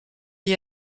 d’y